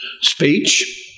speech